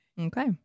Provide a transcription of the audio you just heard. Okay